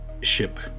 ship